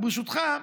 וברשותך,